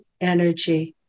energy